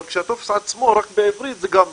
אבל כשהטופס עצמו הוא רק בעברית זה גם מקשה.